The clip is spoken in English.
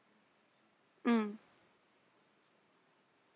mm